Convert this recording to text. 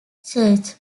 church